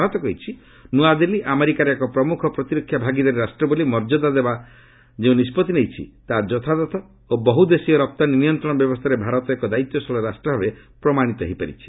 ଭାରତ କହିଛି ନୂଆଦିଲ୍ଲୀ ଆମେରିକାର ଏକ ପ୍ରମୁଖ ପ୍ରତିରକ୍ଷା ଭାଗିଦାରୀ ରାଷ୍ଟ୍ର ବୋଲି ମର୍ଯ୍ୟଦା ଦେବ ବୋଲି ଯେଉଁ ନିଷ୍ପଭି ନେଇଛି ତାହା ଯଥାଯଥ ଏବଂ ବହ୍ରଦେଶୀୟ ରପ୍ତାନୀ ନିୟନ୍ତ୍ରଣ ବ୍ୟବସ୍ଥାରେ ଭାରତ ଏକ ଦାୟିତ୍ୱଶୀଳ ରାଷ୍ଟ୍ର ଭାବେ ପ୍ରମାଣିତ ହୋଇପାରିଛି